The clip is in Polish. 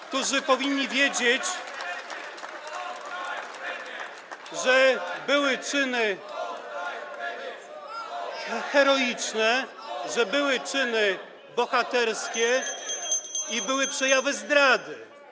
którzy powinni wiedzieć, że były czyny heroiczne, były czyny bohaterskie [[Gwar na sali, dzwonek]] i były przejawy zdrady.